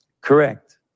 Correct